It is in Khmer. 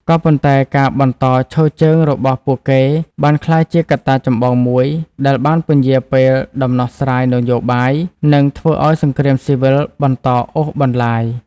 ក៏ប៉ុន្តែការបន្តឈរជើងរបស់ពួកគេបានក្លាយជាកត្តាចម្បងមួយដែលបានពន្យារពេលដំណោះស្រាយនយោបាយ និងធ្វើឱ្យសង្គ្រាមស៊ីវិលបន្តអូសបន្លាយ។